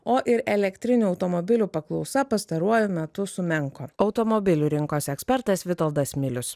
o ir elektrinių automobilių paklausa pastaruoju metu sumenko automobilių rinkos ekspertas vitoldas milius